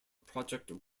project